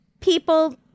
People